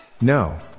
No